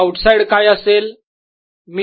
out side काय असेल